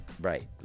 right